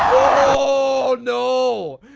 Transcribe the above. oh, no!